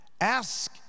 Ask